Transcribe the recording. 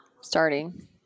starting